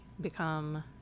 become